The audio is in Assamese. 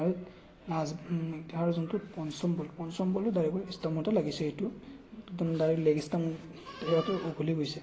আৰু লাষ্ট আৰু যোনটো পঞ্চম বল পঞ্চম বলো ডাইৰেক্ট গৈ ষ্টাম্পতে লাগিছে এইটো ডাইৰেক্ট লেগ ষ্টাম্প উঘলি গৈছে